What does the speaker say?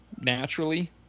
naturally